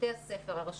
בתי הספר, הרשויות,